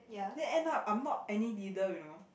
then end up I'm not any leader you know